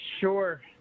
sure